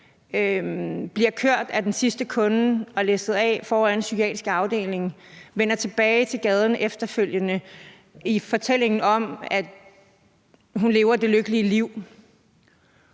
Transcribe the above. bliver kørt af den sidste kunde og læsset af foran psykiatrisk afdeling og vender efterfølgende tilbage til gaden i fortællingen om, at hun lever det lykkelige liv,